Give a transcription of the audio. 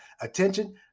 attention